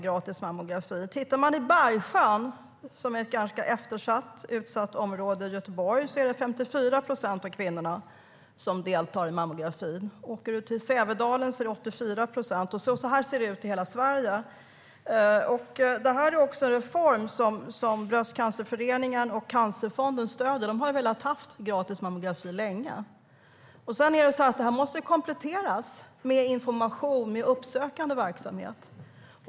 Om man tittar i Bergsjön, som är ett ganska eftersatt och utsatt område i Göteborg, ser man att det 54 procent av kvinnorna som deltar i mammografin. Om man åker till Sävedalen ser man att det är 84 procent. Så här ser det ut i hela Sverige. Detta är en reform som också Bröstcancerföreningen och Cancerfonden stöder. De har velat ha gratis mammografi länge. Detta måste kompletteras med information och uppsökande verksamhet.